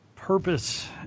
Purpose